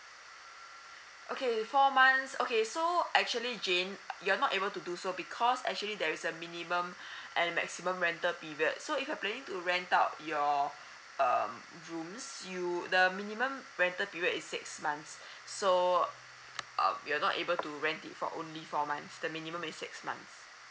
okay four months okay so actually jane uh you're not able to do so because actually there is a minimum and maximum rental period so if you're planning to rent out your um rooms you the minimum rental period is six months so err you're not able to rent it for only four months the minimum is six months